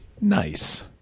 Nice